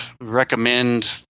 recommend